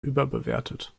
überbewertet